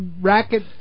racket